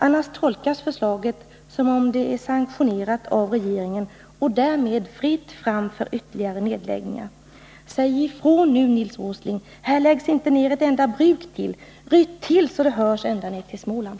Annars tolkas förslaget som att det skulle vara sanktionerat av regeringen, varför det är fritt fram för ytterligare nedläggningar. Säg ifrån nu, Nils Åsling: Här läggs det inte ned ett enda ytterligare bruk. Ryt till, så att det hörs ända ned till Småland.